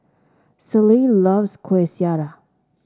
Celie loves Kueh Syara